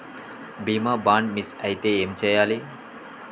బీమా bond miss అయితే ఏం చేయాలి?